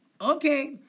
Okay